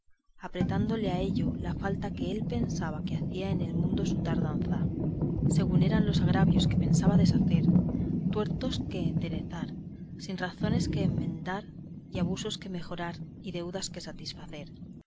apretándole a ello la falta que él pensaba que hacía en el mundo su tardanza según eran los agravios que pensaba deshacer tuertos que enderezar sinrazones que emendar y abusos que mejorar y deudas que satisfacer